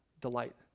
delight